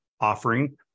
offering